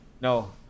No